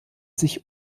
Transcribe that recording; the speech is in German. sich